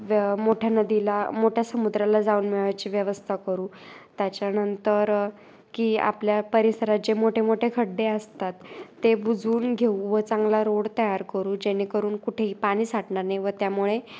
मोठ्या नदीला मोठ्या समुद्राला जाऊन मिळायची व्यवस्था करू त्याच्यानंतर की आपल्या परिसरात जे मोठे मोठे खड्डे असतात ते बुजून घेऊ व चांगला रोड तयार करू जेणेकरून कुठेही पाणी साठणार ना व त्यामुळे